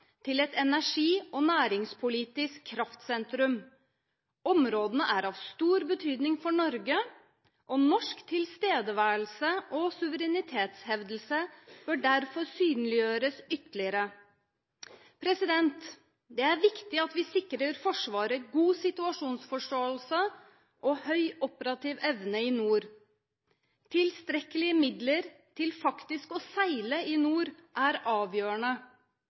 til et energi- og næringspolitisk kraftsentrum. Områdene er av stor betydning for Norge, og norsk tilstedeværelse og suverenitetshevdelse bør derfor synliggjøres ytterligere. Det er viktig at vi sikrer Forsvaret god situasjonsforståelse og høy operativ evne i nord. Tilstrekkelige midler til faktisk å seile i nord er avgjørende.